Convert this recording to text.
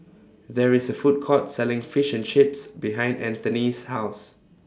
There IS Food Court Selling Fish and Chips behind Anthony's House